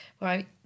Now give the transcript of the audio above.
right